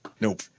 nope